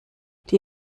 die